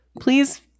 please